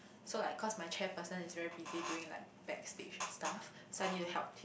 so like cause my chairperson is very busy doing like backstage and stuff so I need to help him